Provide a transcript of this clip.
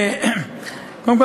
קודם כול,